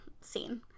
scene